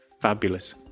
fabulous